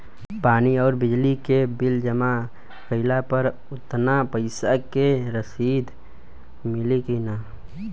पानी आउरबिजली के बिल जमा कईला पर उतना पईसा के रसिद मिली की न?